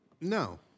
No